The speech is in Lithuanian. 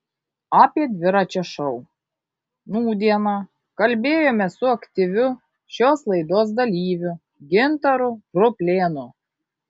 apie dviračio šou nūdieną kalbėjomės su aktyviu šios laidos dalyviu gintaru ruplėnu